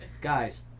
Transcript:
Guys